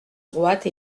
droite